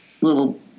little